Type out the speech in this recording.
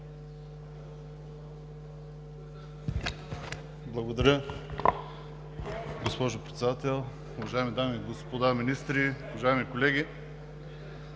Благодаря, госпожо Председател. Уважаеми дами и господа министри, уважаеми колеги!